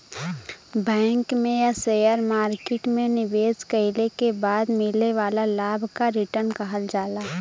bank में या share market में निवेश कइले के बाद मिले वाला लाभ क रीटर्न कहल जाला